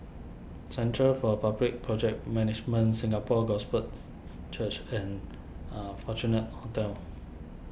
Centre for Public Project Management Singapore Gospel Church and a Fortuna Hotel